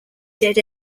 dead